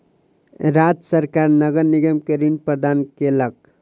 राज्य सरकार नगर निगम के ऋण प्रदान केलक